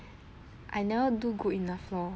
I never do good enough lor